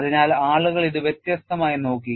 അതിനാൽ ആളുകൾ ഇത് വ്യത്യസ്തമായി നോക്കി